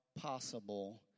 possible